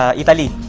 ah italy,